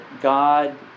God